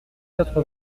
quatre